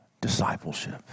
discipleship